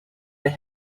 they